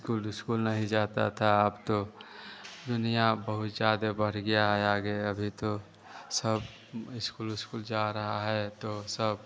school उस्कुल नहीं जाते थे अब तो दुनिया बहुत ज़्यादा बढ़ गया है आगे अभी तो सब इस्कुल उस्कूल जा रहे हैं तो सब